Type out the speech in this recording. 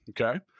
Okay